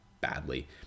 Badly